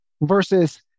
versus